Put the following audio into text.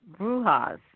brujas